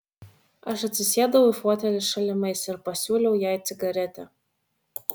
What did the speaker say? aš atsisėdau į fotelį šalimais ir pasiūliau jai cigaretę